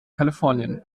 kalifornien